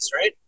right